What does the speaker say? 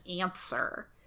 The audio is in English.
answer